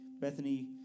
Bethany